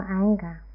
anger